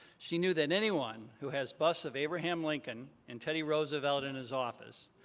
she knew that anyone who has busts of abraham lincoln and teddy roosevelt in his office,